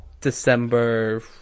December